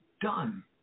done